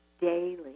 daily